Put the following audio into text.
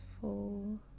full